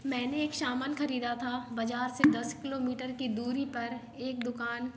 मैंने एक सामान खरीदा था बाज़ार से दस किलोमीटर की दूरी पर एक दुकान